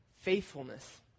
faithfulness